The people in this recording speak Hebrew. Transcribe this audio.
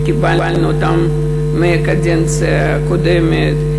קיבלנו אותם מהקדנציה הקודמת.